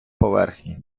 поверхні